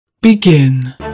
Begin